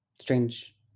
Strange